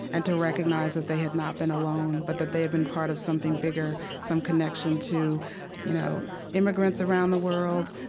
and to recognize that they had not been alone, but that they had been a part of something bigger, some connection to you know immigrants around the world,